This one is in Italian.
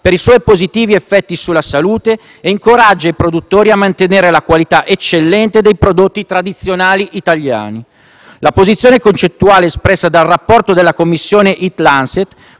per i suoi positivi effetti sulla salute e incoraggia i produttori a mantenere la qualità eccellente dei prodotti tradizionali italiani. La posizione concettuale espressa nel rapporto della Commissione Eat-Lancet